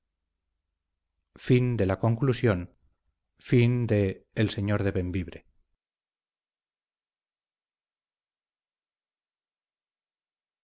generoso amo el señor de bembibre